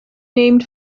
named